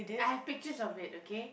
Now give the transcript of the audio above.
I have pictures of it okay